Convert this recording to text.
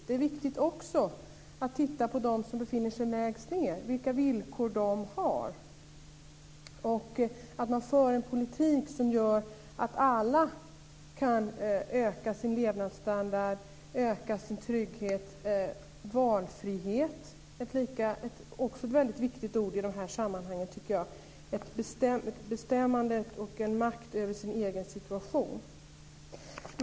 Det är också viktigt att titta på dem som befinner sig längst ned, på vilka villkor de har, och att man för en politik som gör att alla kan öka sin levnadsstandard och sin trygghet. Valfrihet är också ett väldigt viktigt ord i de här sammanhangen, tycker jag. Det handlar om ett bestämmande och en makt över sin egen situation.